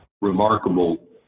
remarkable